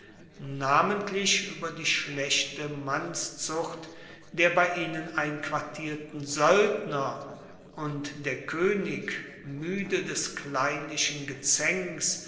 namentlich ueber die schlechte mannszucht der bei ihnen einquartierten soeldner und der koenig muede des kleinlichen gezaenks